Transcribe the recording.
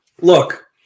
Look